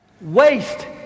waste